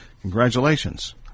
Congratulations